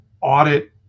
audit